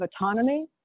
autonomy